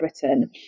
Britain